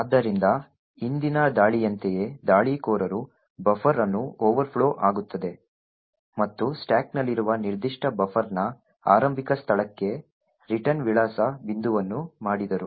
ಆದ್ದರಿಂದ ಹಿಂದಿನ ದಾಳಿಯಂತೆಯೇ ದಾಳಿಕೋರರು ಬಫರ್ ಅನ್ನು ಓವರ್ಫ್ಲೋ ಆಗುತ್ತದೆ ಮತ್ತು ಸ್ಟಾಕ್ನಲ್ಲಿರುವ ನಿರ್ದಿಷ್ಟ ಬಫರ್ನ ಆರಂಭಿಕ ಸ್ಥಳಕ್ಕೆ ರಿಟರ್ನ್ ವಿಳಾಸ ಬಿಂದುವನ್ನು ಮಾಡಿದರು